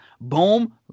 boom